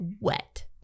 wet